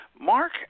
Mark